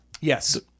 Yes